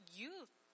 youth